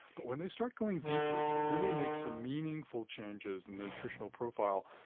but when they start going deeper to really make some meaningful changes in the nutritional profile,